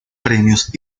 premios